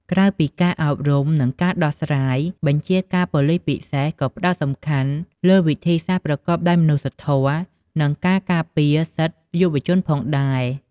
ក្រៅពីការអប់រំ និងការដោះស្រាយ បញ្ជាការប៉ូលិសពិសេសក៏ផ្តោតសំខាន់លើវិធីសាស្ត្រប្រកបដោយមនុស្សធម៌ និងការការពារសិទ្ធិយុវជនផងដែរ។